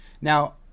Now